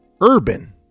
urban